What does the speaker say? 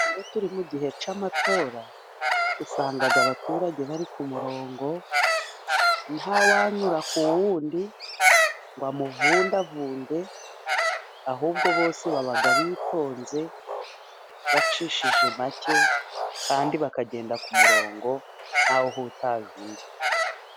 Iyo turi mu gihe cy'amatora usanga abaturage bari ku murongo ntawanyura ku wundi ngo amuvundavunde, ahubwo bose baba bitonze bacishije make, kandi bakagenda ku murongo ntawe uhutaje undi.